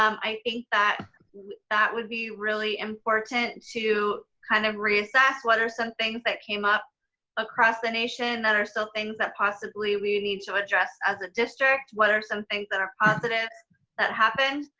um i think that that would be really important to kind of reassess what are some things that came up across the nation that are still things that possibly we need to address as a district? what are some things that are positives that happened?